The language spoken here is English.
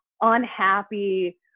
unhappy